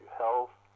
health